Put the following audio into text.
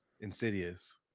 Insidious